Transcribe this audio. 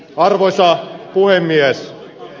arvoisa puhemies